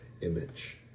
image